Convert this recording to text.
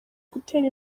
gutera